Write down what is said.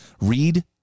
read